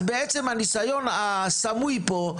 אז הניסיון הסמוי פה,